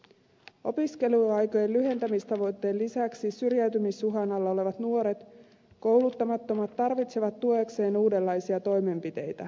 opiskeluaikojen lyhentämistavoitteen lisäksi syrjäytymisuhan alla olevat nuoret kouluttamattomat tarvitsevat tuekseen uudenlaisia toimenpiteitä